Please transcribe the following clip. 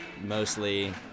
mostly